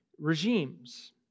regimes